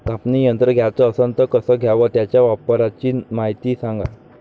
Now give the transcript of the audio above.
कापनी यंत्र घ्याचं असन त कस घ्याव? त्याच्या वापराची मायती सांगा